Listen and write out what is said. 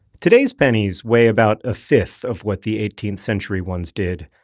today's pennies weigh about a fifth of what the eighteenth century ones did,